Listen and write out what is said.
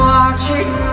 Watching